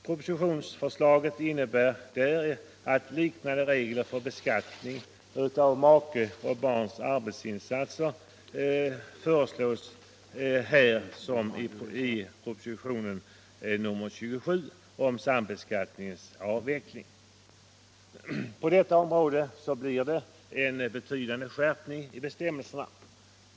Propositionsförslaget innebär att liknande regler som föreslås beskattning av makes och barns arbetsinsatser. På detta område blir det en betydande skärpning i bestämmelserna.